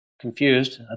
confused